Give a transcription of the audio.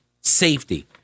safety